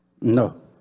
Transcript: No